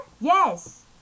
Yes